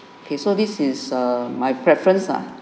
okay so this is err my preference ah